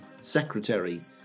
Secretary